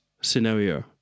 scenario